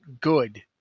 good